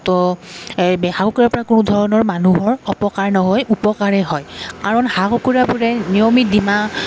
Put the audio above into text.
তো এই হাঁহ কুকুুৰাৰপৰা কোনো ধৰণৰ মানুহৰ অপকাৰ নহয় উপকাৰহে হয় কাৰণ হাঁহ কুকুৰাবোৰে নিয়মিত ডিম